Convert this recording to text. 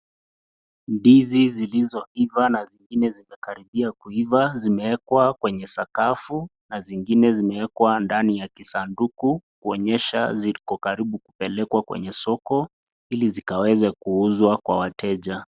Ndizi zilizoiva na zingine zimekaribia kuiva zimeekwa kwenye sakafu na zingine zimeekwa ndani ya kisanduku kuonyesha ziko karibu kupelekwa kwenye soko ili zikaweze kuuzwa kwa wateja.